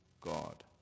God